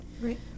Right